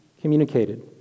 communicated